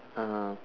(uh huh)